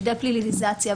מהלך של דה-פליליזציה,